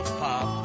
pop